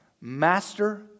Master